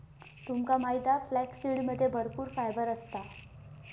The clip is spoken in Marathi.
तुमका माहित हा फ्लॅक्ससीडमध्ये भरपूर फायबर असता